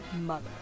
mother